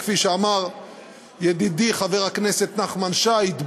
וכפי שאמר ידידי חבר הכנסת נחמן שי: